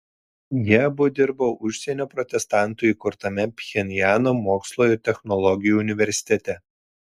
jie abu dirbo užsienio protestantų įkurtame pchenjano mokslo ir technologijų universitete